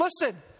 Listen